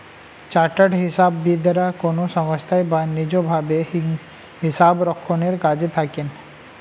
chartered হিসাববিদরা কোনো সংস্থায় বা নিজ ভাবে হিসাবরক্ষণের কাজে থাকেন